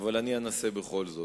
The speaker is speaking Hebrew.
אבל אני אנסה בכל זאת.